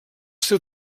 seu